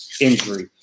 injury